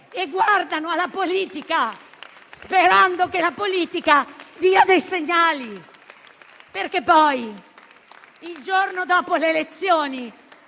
e guardano alla politica sperando che la politica dia dei segnali. Il giorno dopo le elezioni